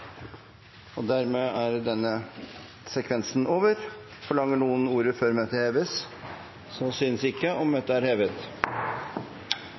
greier. Dermed er denne sekvensen over. Forlanger noen ordet før møtet heves? – Møtet er hevet.